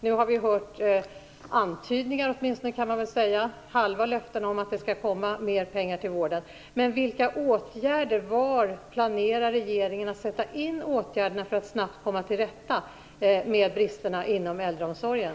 Nu har vi hört åtminstone antydningar och halva löften om att det skall komma mer pengar till vården.